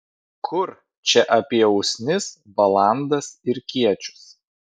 kur čia apie usnis balandas ir kiečius